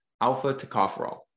alpha-tocopherol